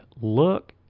look